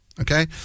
okay